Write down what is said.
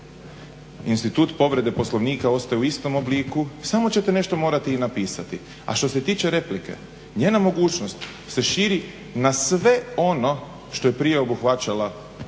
institut povrede Poslovnika ostaje u istom obliku, samo ćete nešto morati i napisati. A što se tiče replike, njena mogućnost se širi na sve ono što je prije obuhvaćao ispravak